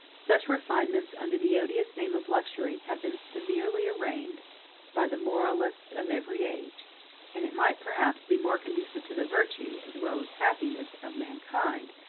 such refinements, under the odious name of luxury, have been severely arraigned by the moralists of every age and it might perhaps be more conducive to the virtue, as well as happiness, of mankind,